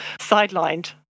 sidelined